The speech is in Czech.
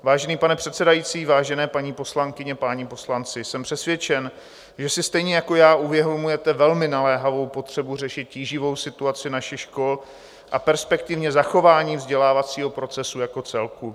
Vážený pane předsedající, vážené paní poslankyně, páni poslanci, jsem přesvědčen, že si stejně jako já uvědomujete velmi naléhavou potřebu řešit tíživou situaci našich škol a perspektivně zachování vzdělávacího procesu jako celku.